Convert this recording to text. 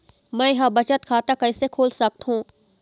मै ह बचत खाता कइसे खोल सकथों?